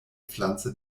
pflanze